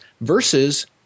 versus